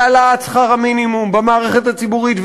בהעלאת שכר המינימום במערכת הציבורית,